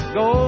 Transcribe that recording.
go